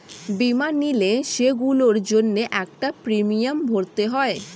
বীমা নিলে, সেগুলোর জন্য একটা প্রিমিয়াম ভরতে হয়